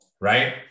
right